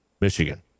Michigan